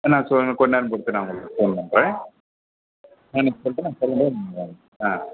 வேணா கொஞ்சம் நேரம் பொறுத்து நான் உங்களுக்கு ஃபோன் பண்ணுறன்